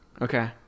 Okay